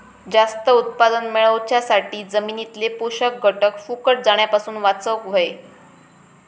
जास्त उत्पादन मेळवच्यासाठी जमिनीतले पोषक घटक फुकट जाण्यापासून वाचवक होये